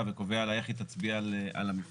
וקובע לה איך היא תצביע על המפרטים.